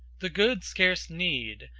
the good scarce need,